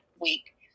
week